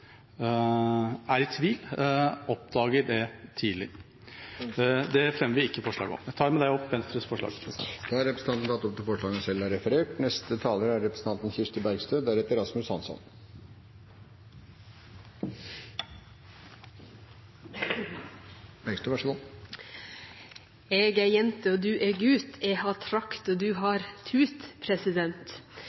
er i tvil, oppdager det tidlig. Det fremmer vi ikke forslag om. Jeg tar med dette opp Venstres forslag. Representanten Ketil Kjenseth har dermed tatt opp det forslaget han refererte til. «Eg er jente du er gut. Eg har trakt og du har tut.»